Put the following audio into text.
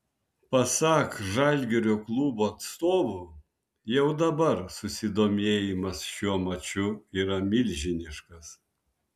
pasak žalgirio klubo atstovų jau dabar susidomėjimas šiuo maču yra milžiniškas